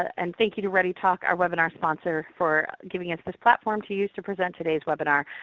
and thank you to readytalk, our webinar sponsor, for giving us this platform to use to present today's webinar.